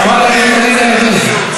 חברת הכנסת עליזה לביא.